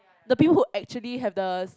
the people who actually have the